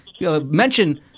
mention